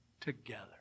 together